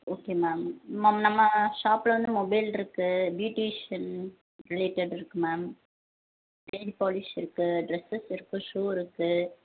okay ma'am ma'am நம்ம ஷாப்பில் வந்து மொபைல் இருக்குது பீயூட்டிஷன் ரிலேட்டட் இருக்குது மேம் நெயில் பாலீஷ் இருக்குது ட்ரெஸ்ஸஸ் இருக்குது ஷு இருக்குது